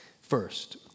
first